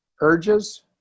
urges